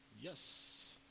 Yes